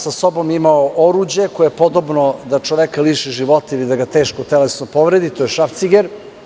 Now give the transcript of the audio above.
Sa sobom je imao oruđe koje je podobno da čoveka liši života ili da ga teško telesno povredi, to je šrafciger.